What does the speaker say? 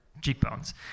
cheekbones